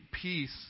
peace